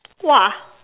!wah!